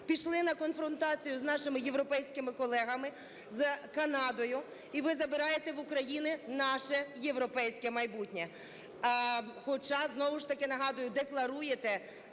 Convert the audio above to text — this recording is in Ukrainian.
пішли на конфронтацію з нашими європейськими колегами, з Канадою, і ви забираєте в України наше європейське майбутнє, хоча, знову ж таки нагадую, декларуєте